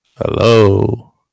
Hello